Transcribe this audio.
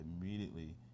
immediately